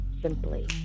simply